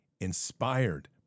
inspired